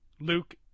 Luke